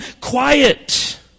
quiet